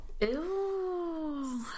Ew